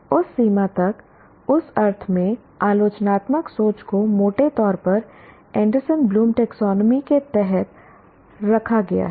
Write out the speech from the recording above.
उस सीमा तक उस अर्थ में आलोचनात्मक सोच को मोटे तौर पर एंडरसन ब्लूम टैक्सोनॉमी के तहत रखा गया है